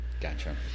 Gotcha